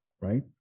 right